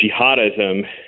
jihadism